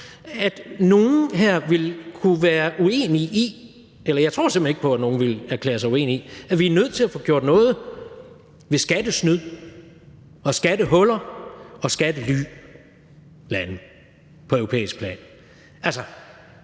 Jeg har simpelt hen så svært ved at forstå, eller jeg tror simpelt hen ikke på, at nogle ville erklære sig uenige, at vi er nødt til at få gjort noget ved skattesnyd og skattehuller og skattelylande på europæisk plan. Altså,